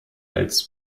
als